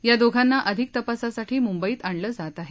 या दोघांना अधिक तपासासाठी मुंबईत आणलं जात आहे